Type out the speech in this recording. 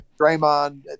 draymond